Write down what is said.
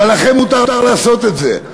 אבל לכם מותר לעשות את זה.